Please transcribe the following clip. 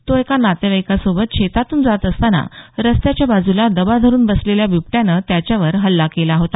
तो एका नातेवाईकासोबत शेतातून जात असताना रस्त्याच्या बाजूला दबा धरून बसलेल्या बिबट्यानं त्याच्यावर हल्ला केला होता